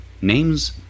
Names